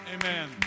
amen